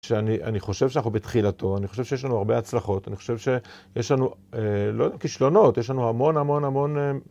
שאני חושב שאנחנו בתחילתו, אני חושב שיש לנו הרבה הצלחות, אני חושב שיש לנו, לא יודע אם כישלונות, יש לנו המון המון המון...